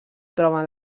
troben